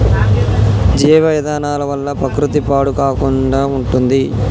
జీవ ఇంధనాల వల్ల ప్రకృతి పాడు కాకుండా ఉంటుంది